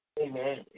Amen